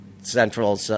Central